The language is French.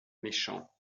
méchant